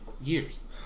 Years